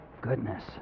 goodness